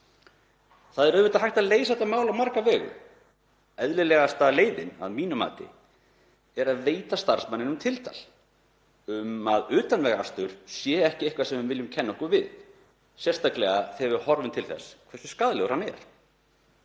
Það er auðvitað hægt að leysa þetta mál á marga vegu. Eðlilegasta leiðin að mínu mati er að veita starfsmanninum tiltal um að utanvegaakstur sé ekki eitthvað sem við viljum kenna okkur við, sérstaklega þegar við horfum til þess hversu skaðlegur hann er.